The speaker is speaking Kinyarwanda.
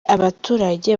abaturage